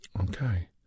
Okay